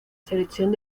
selección